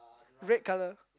red colour